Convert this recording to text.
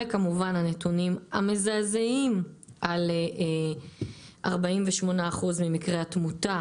וכמובן הנתונים המזעזעים על 48% ממקרי התמותה